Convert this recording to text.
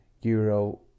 Euro